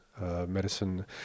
medicine